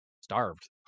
starved